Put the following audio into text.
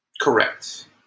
Correct